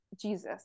Jesus